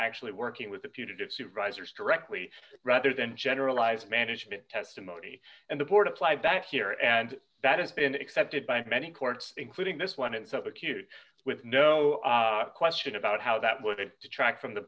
actually working with the putative supervisors directly rather than generalized management testimony and the board applied back here and that has been accepted by many courts including this one and so acute with no question about how that would detract from the